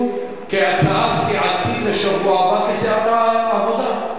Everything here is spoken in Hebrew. הוא יכול להגיש אי-אמון כהצעה סיעתית לשבוע הבא בסיעת העבודה,